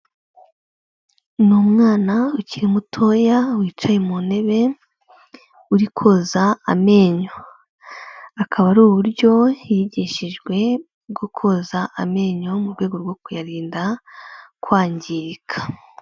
Ni umwana ukiri mutoya wicaye mu ntebe uri koza amenyo, akaba ari uburyo yigishijwe bwo koza amenyo mu rwego rwo kuyarinda kwangirika.